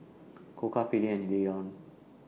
Koka Philips and Lion